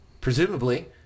presumably